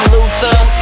Luther